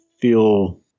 feel